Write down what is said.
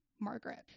Margaret